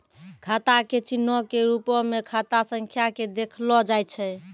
खाता के चिन्हो के रुपो मे खाता संख्या के देखलो जाय छै